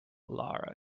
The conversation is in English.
lara